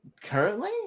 Currently